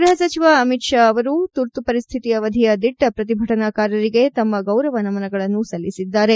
ಗ್ಪಹ ಸಚಿವ ಅಮಿತ್ ಶಾ ಅವರು ತುರ್ತು ಪರಿಸ್ಥಿತಿ ಅವಧಿಯ ದಿಟ್ಲ ಪ್ರತಿಭಟನಾಕಾರರಿಗೆ ತಮ್ಮ ಗೌರವ ನಮನಗಳನ್ನು ಸಲ್ಲಿಸಿದ್ದಾರೆ